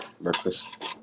Breakfast